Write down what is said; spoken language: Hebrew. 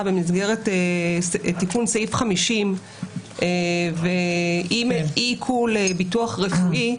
במסגרת תיקון סעיף 50 ואי עיקול ביטוח רפואי,